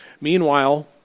Meanwhile